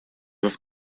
with